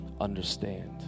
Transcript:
understand